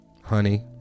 Honey